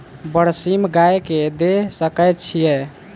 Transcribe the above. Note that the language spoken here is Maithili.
बरसीम गाय कऽ दऽ सकय छीयै?